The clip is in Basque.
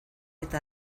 eta